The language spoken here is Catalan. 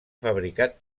fabricat